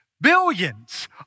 billions